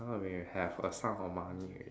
now they have a sum of money already